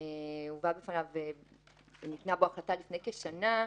5185/13 שבו ניתנה החלטה לפני כשנה.